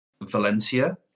Valencia